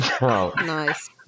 Nice